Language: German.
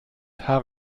herr